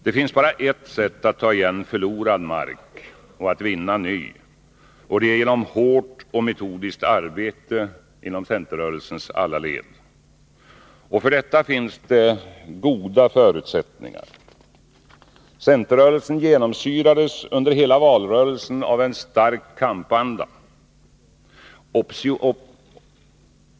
Det finns bara ett sätt att ta igen förlorad mark och vinna ny, och det är genom hårt och metodiskt arbete i centerrörelsens alla led. För detta finns det goda förutsättningar. Centerrörelsen genomsyrades under hela valrörelsen av en stark kampanda.